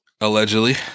Allegedly